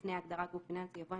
(א)לפני ההגדרה "גוף פיננסי" יבוא: